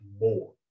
more